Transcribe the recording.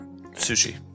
sushi